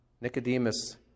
Nicodemus